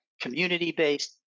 community-based